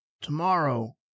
Tomorrow